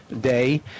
Day